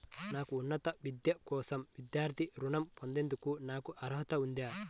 నా ఉన్నత విద్య కోసం విద్యార్థి రుణం పొందేందుకు నాకు అర్హత ఉందా?